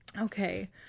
okay